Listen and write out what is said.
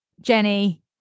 Jenny